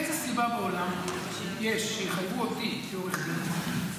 איזו סיבה בעולם יש שיחייבו אותי כעורך דין לשלם כסף?